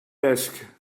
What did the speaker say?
desk